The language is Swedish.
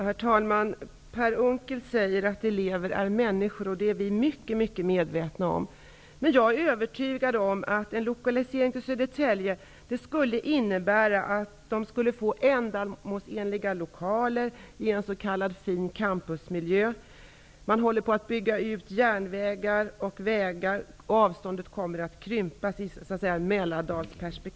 Herr talman! Per Unckel sade att elever är människor, och det är vi Socialdemokrater mycket medvetna om. Jag är övertygad om att en lokalisering till Södertälje skulle innebära ändamålsenliga lokaler i en fin s.k. campusmiljö. Man håller på att bygga ut vägar och järnvägar. Avstånden i ett Mälardalsperspektiv kommer att krympa.